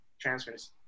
transfers